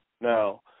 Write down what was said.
Now